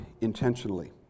intentionally